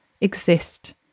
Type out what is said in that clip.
exist